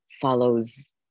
follows